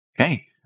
okay